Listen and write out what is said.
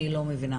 אני לא מבינה,